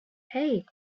hey